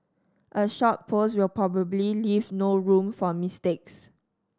a short post will probably leave no room for mistakes